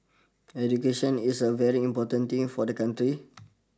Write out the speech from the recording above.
education is a very important thing for the country